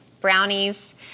brownies